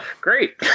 Great